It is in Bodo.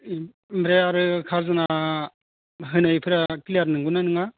ओमफ्राय आरो खाजोना होनायफोरा क्लियार नंगौना नङा